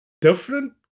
different